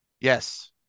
Yes